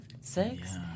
six